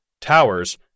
towers